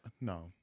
no